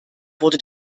wurde